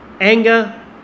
anger